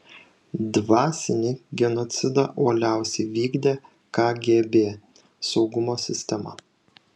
dvasinį genocidą uoliausiai vykdė kgb saugumo sistema